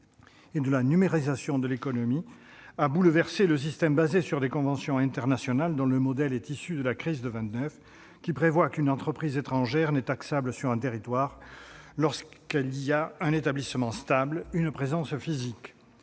et la numérisation de l'économie ont bouleversé un système fondé sur des conventions internationales, dont le modèle est issu de la crise de 1929. Ce modèle prévoit qu'une entreprise étrangère n'est taxable sur un territoire que lorsqu'elle y a un établissement stable, une présence physique.